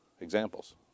examples